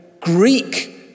Greek